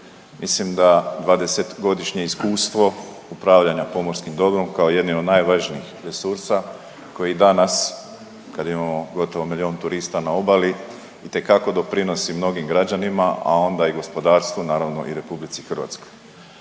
Mislim da 20-godišnje iskustvo upravljanja pomorskim dobrom kao jednim od najvažnijih resursa koji danas kad imamo gotovo milijun turista na obali itekako doprinosi mnogim građanima, a onda i gospodarstvu, naravno i RH.